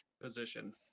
position